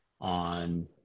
on